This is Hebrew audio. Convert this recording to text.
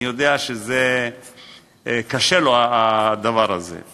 אני יודע שהדבר הזה קשה לו.